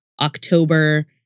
October